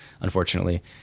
unfortunately